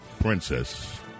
Princess